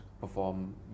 perform